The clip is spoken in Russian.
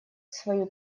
свою